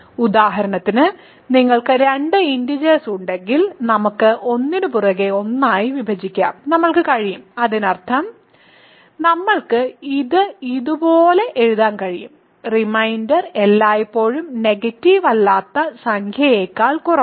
ഉദാഹരണത്തിന് നിങ്ങൾക്ക് രണ്ട് ഇന്റിജേഴ്സ് ഉണ്ടെങ്കിൽ നമ്മൾക്ക് ഒന്നിനുപുറകെ ഒന്നായി വിഭജിക്കാം നമ്മൾക്ക് കഴിയും അതിനർത്ഥം നമ്മൾക്ക് ഇത് ഇതുപോലെ എഴുതാൻ കഴിയും റിമൈൻഡർ എല്ലായ്പ്പോഴും നെഗറ്റീവ് അല്ലാത്ത സംഖ്യയേക്കാൾ കുറവാണ്